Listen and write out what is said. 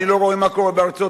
אני לא רואה מה קורה בארצות-הברית?